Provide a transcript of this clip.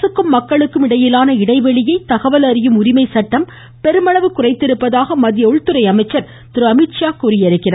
அரசுக்கும் மக்களுக்கும் இடையிலான இடைவெளியை தகவல் அறியும் உரிமை சட்டம் பெருமளவு குறைத்திருப்பதாக மத்திய உள்துறை அமைச்சர் திரு அமீத்ஷா தெரிவித்துள்ளார்